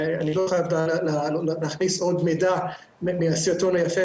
אני לא יכול להכניס עוד מידע מהסרטון היפה